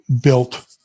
built